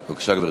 בבקשה, גברתי.